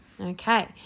Okay